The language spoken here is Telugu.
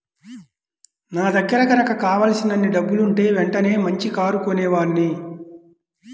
నా దగ్గర గనక కావలసినన్ని డబ్బులుంటే వెంటనే మంచి కారు కొనేవాడ్ని